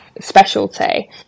Specialty